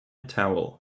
towel